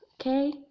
Okay